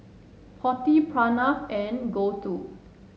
Potti Pranav and Gouthu